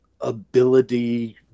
ability